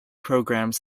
programs